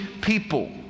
people